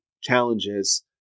challenges